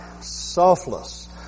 selfless